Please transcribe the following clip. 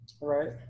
right